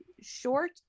short